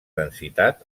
densitat